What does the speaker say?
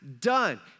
done